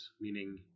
meaning